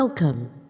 Welcome